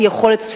אי-יכולת,